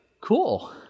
Cool